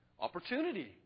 Opportunity